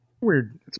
weird